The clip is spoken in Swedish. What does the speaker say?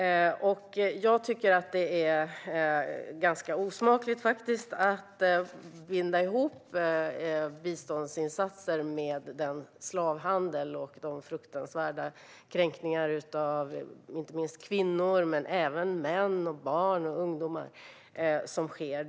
Jag tycker att det är ganska osmakligt att binda ihop biståndsinsatser med den slavhandel och de fruktansvärda kränkningar av inte minst kvinnor men även män, barn och ungdomar som sker.